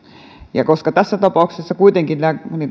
tässä tapauksessa kuitenkin nämä niin kuin